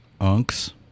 unks